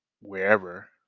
wherever